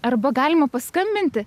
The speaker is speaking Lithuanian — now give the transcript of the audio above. arba galima paskambinti